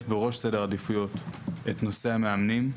בראש סדר העדיפויות את נושא המאמנים,